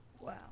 Wow